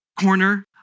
corner